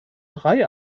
drei